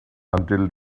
until